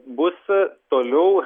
bus toliau